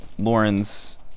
Lauren's